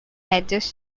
hedges